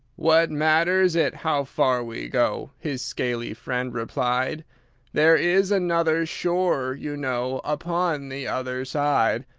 what matters it how far we go? his scaly friend replied there is another shore, you know, upon the other side.